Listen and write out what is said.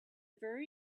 very